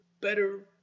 better